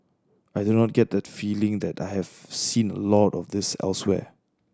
I do not get that feeling that I have seen a lot of this elsewhere